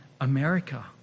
America